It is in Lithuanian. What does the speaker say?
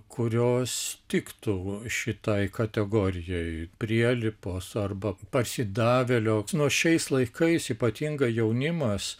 kurios tiktų šitoje kategorijoje prielipos arba parsidavėlio nu šiais laikais ypatingai jaunimas